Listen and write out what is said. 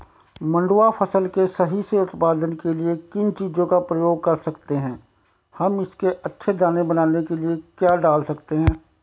मंडुवा फसल के सही से उत्पादन के लिए किन चीज़ों का प्रयोग कर सकते हैं हम इसके अच्छे दाने बनाने के लिए क्या डाल सकते हैं?